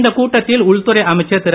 இந்த கூட்டத்தில் உள்துறை அமைச்சர் திரு